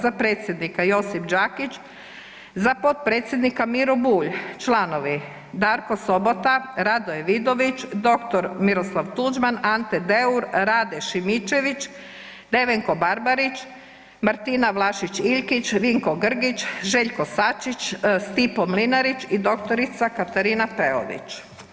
Za predsjednika Josip Đakić, za potpredsjednika Miro Bulj, za članove: Darko Sobota, RAdoje Vidović, dr. Miroslav Tuđman, Ante Deur, Rade Šimičević, Nevenko Barbarić, Martina Vlašić Iljkić, Vinko Grgić, Željko Sačić, Stipo Mlinarić i dr. Katarina Peović.